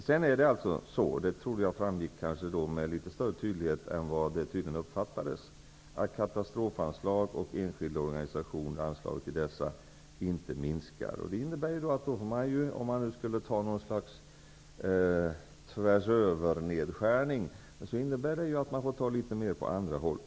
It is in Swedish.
Jag trodde att det framgick med litet större tydlighet än vad som tydligen uppfattades att katastrofanslag och anslag till enskilda organisationer inte minskar. Det innebär att man i stället för en nedskärning tvärs över får ta litet mera på andra håll.